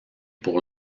pour